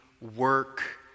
work